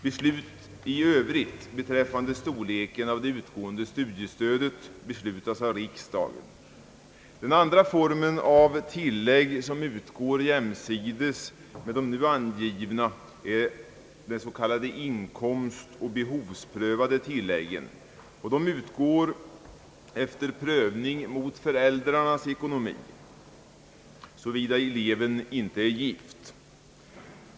Beslut i övrigt beträffande storleken av det utgående studiestödet beslutas av riksdagen. Den andra formen av tillägg som utgår jämsides med de nu angivna är de inkomstoch behovsprövade tilläggen, och dessa utgår efter prövning av föräldrarnas ekonomi, såvida eleven inte är gift.